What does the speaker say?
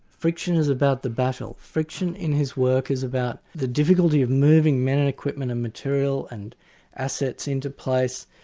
friction is about the battle friction in his work is about the difficulty of moving men and equipment and material and assets into place,